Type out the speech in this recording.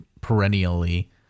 perennially